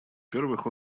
первых